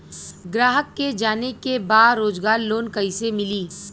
ग्राहक के जाने के बा रोजगार लोन कईसे मिली?